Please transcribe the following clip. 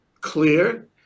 clear